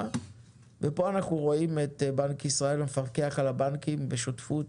ופה אנחנו רואים את בנק ישראל והמפקח על הבנקים בשותפות